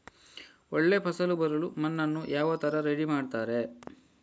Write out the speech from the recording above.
ಒಳ್ಳೆ ಫಸಲು ಬರಲು ಮಣ್ಣನ್ನು ಯಾವ ತರ ರೆಡಿ ಮಾಡ್ತಾರೆ?